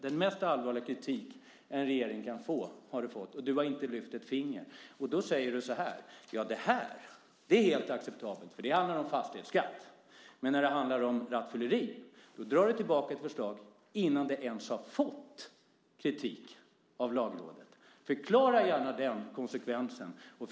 Det är den allvarligaste kritik som en regering kan få, och du har inte lyft ett finger! Du säger alltså att lagrådskritik är helt acceptabel när det handlar om fastighetsskatt, men när det handlar om rattfylleri drar du tillbaka förslaget innan det ens har hunnit få kritik av Lagrådet. Förklara hur detta går ihop!